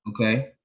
Okay